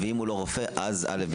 ואם לא רופא אז א',